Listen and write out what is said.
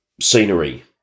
scenery